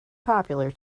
popular